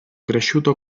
cresciuto